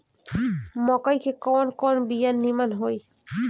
मकई के कवन कवन बिया नीमन होई?